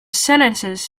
sentences